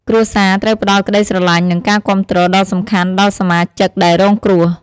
គ្រួសារត្រូវផ្ដល់ក្ដីស្រឡាញ់និងការគាំទ្រ ដ៏សំខាន់ដល់សមាជិកដែលរងគ្រោះ។